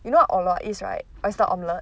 you know what orh lua is right oyster omelette